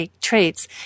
traits